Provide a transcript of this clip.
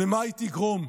למה היא תגרום?